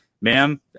ma'am